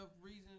reason